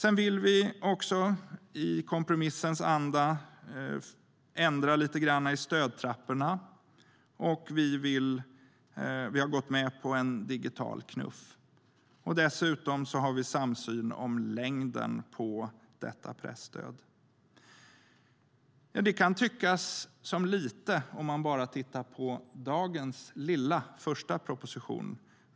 Vi vill också i kompromissens anda ändra lite grann i stödtrapporna, och vi har gått med på en digital knuff. Dessutom har vi en samsyn om längden på detta presstöd. Om man bara tittar på dagens lilla första proposition kan det tyckas som lite.